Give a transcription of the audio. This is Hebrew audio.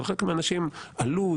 אבל חלק מהאנשים עלו,